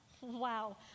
wow